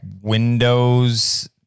Windows